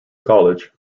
college